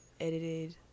edited